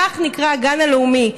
כך נקרא הגן הלאומי.